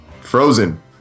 frozen